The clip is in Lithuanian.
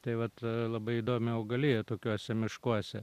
tai vat labai įdomi augalija tokiuose miškuose